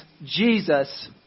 Jesus